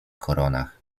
koronach